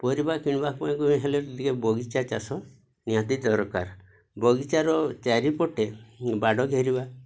ପରିବା କିଣିବା ପାଇଁ ହେଲେ ଟିକିଏ ବଗିଚା ଚାଷ ନିହାତି ଦରକାର ବଗିଚାର ଚାରିପଟେ ବାଡ଼ ଘେରିବା